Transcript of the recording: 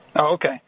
Okay